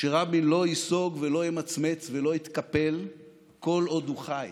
שרבין לא ייסוג ולא ימצמץ ולא יתקפל כל עוד הוא חי.